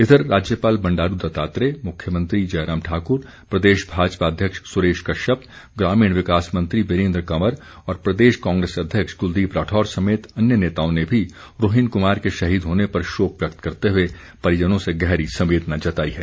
इधर राज्यपाल बंडारू दत्तात्रेय मुख्यमंत्री जयराम ठाकुर प्रदेश भाजपा अध्यक्ष सुरेश कश्यप ग्रामीण विकास मंत्री वीरेन्द्र कंवर और प्रदेश कांग्रेस अध्यक्ष कुलदीप राठौर समेत अन्य नेताओं ने भी रोहिन कुमार के शहीद होने पर शोक व्यक्त करते हुए परिजनों से गहरी संवेदना जताई है